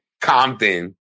Compton